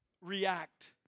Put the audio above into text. react